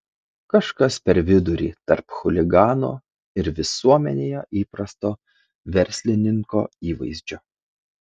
kažkas per vidurį tarp chuligano ir visuomenėje įprasto verslininko įvaizdžio